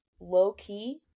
low-key